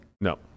No